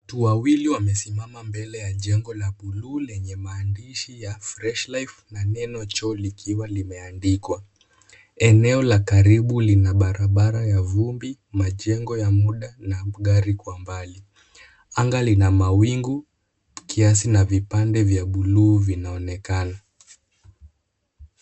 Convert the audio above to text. Watu wawili wamesema mbele ya jengo la buluu lenye maandishi ya {cs]Freshlife na neno choo likiwa limeandikwa. Eneo la karibu lina barabara ya vumbi; majengo ya muda na magari kwa mbali. Anga lina mawingu, kiasi na vipande vya buluu vinaonekana.